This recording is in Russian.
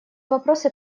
вопросы